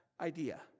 idea